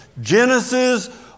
Genesis